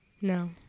No